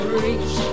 reach